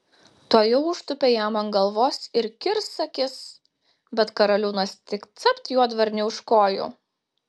tuojau užtūpė jam ant galvos ir kirs akis bet karaliūnas tik capt juodvarnį už kojų